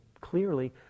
clearly